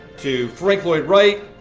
to frank lloyd wright,